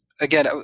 Again